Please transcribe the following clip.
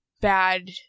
bad